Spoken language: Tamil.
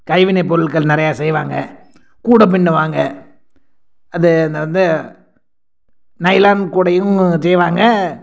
கைவினைப் பொருட்கள் நிறையா செய்வாங்க கூடை பின்னுவாங்க அது இந்த வந்து நைலான் கூடையும் செய்வாங்க